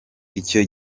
icyo